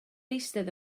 eistedd